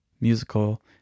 musical